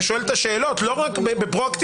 ושואל את השאלות בפרואקטיביות,